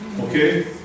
okay